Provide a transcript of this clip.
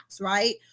right